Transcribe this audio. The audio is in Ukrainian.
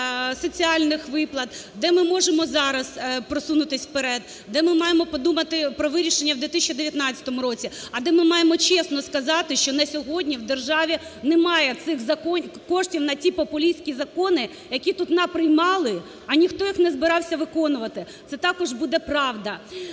де ми можемо зараз просунутися вперед, де ми маємо подумати про вирішення в 2019 році, а де ми маємо чесно сказати, що на сьогодні в державі немає цих коштів на ті популістські закони, які тут наприймали, а ніхто їх не збирався виконувати. Це також буде правда.